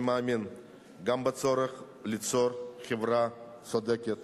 אני מאמין גם בצורך ליצור חברה צודקת,